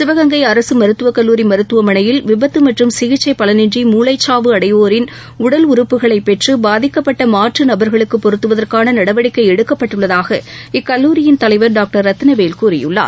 சிவகங்கை அரசு மருத்துவக் கல்லூரி மருத்துவமனையில் விபத்து மற்றம் சிகிச்சை பலனின்றி மூளைச்சாவு அடைவோரின் உடல் உறுப்புகளை பெற்று பாதிக்கப்பட்ட மாற்று நபர்களுக்கு பொருத்துவதற்கான நடவடிக்கை எடுக்கப்பட்டுள்ளதாக இக்கல்லூரியின் தலைவர் டாக்டர் ரத்திவேல் கூறியுள்ளார்